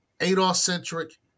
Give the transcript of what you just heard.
Adolf-centric